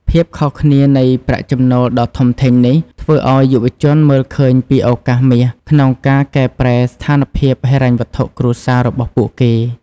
ភាពខុសគ្នានៃប្រាក់ចំណូលដ៏ធំធេងនេះ ធ្វើឱ្យយុវជនមើលឃើញពីឱកាសមាសក្នុងការកែប្រែស្ថានភាពហិរញ្ញវត្ថុគ្រួសាររបស់ពួកគេ។